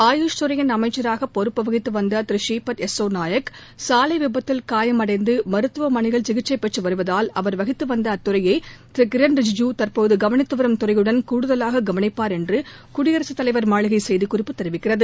ஆயுஷ் துறையின் அமைச்சராக பொறுப்பு வகித்து வந்த திரு ஸ்ரீபத் நாயக் சாலை விபத்தில் காயமடைந்து மருத்துவமனையில் சிகிச்சை பெற்று வருவதால் அவர் வகித்து வந்த அத்துறையை திரு கிரண் ரிஜிஜூ தற்போது கவனித்துவரும் துறையுடன் கூடுதலாக கவனிப்பாா் என்று குடியரசுத் தலைவா் மாளிகை செய்திக்குறிப்பு தெரிவிக்கிறது